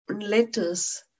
letters